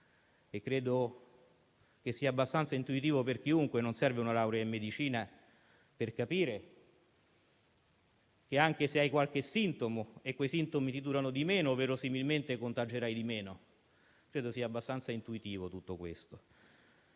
E credo sia abbastanza intuitivo per chiunque - non serve una laurea in medicina per capirlo - che, anche se hai qualche sintomo e i sintomi durano di meno, verosimilmente contagerai di meno. Ripeto: credo che tutto questo